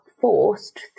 forced